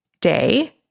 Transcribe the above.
day